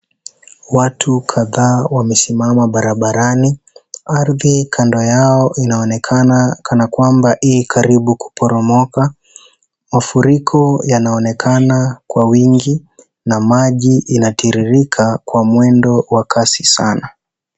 Watu kadhaa wamesimama barabarani. Ardhi kando yao inaonekana kanakwamba i karibu kuporomoka, mafuriko yanaonekana kwa uwingi na maji inatiririka kwa mwendo wa kasi sana.